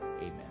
Amen